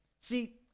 See